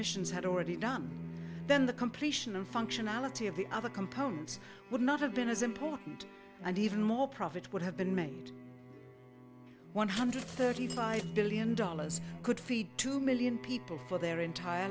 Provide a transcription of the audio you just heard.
missions had already done then the completion of functionality of the other components would not have been as important and even more profit would have been made one hundred thirty five billion dollars could feed two million people for their entire